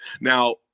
Now